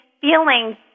feeling